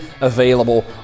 available